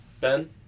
Ben